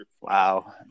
wow